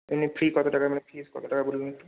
এমনি ফি কত টাকা মানে ফিজ কত টাকা বলুন একটু